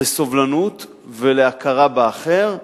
לסובלנות ולהכרה באחר,